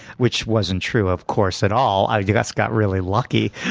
which wasn't true, of course, at all. i just got really lucky.